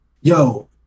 yo